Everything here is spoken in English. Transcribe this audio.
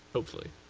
hopefully.